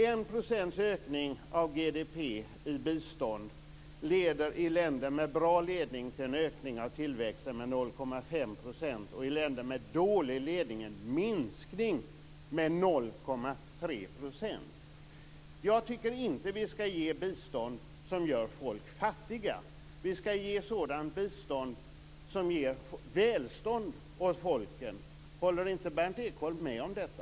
1 % ökning av GDP i bistånd leder i länder med bra ledning till en ökning av tillväxten med 0,5 % och i länder med dålig ledning en minskning med 0,3 %. Jag tycker inte att vi skall ge bistånd som gör folk fattiga. Vi skall ge sådant bistånd som ger välstånd åt folken. Håller inte Berndt Ekholm med om detta?